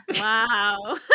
Wow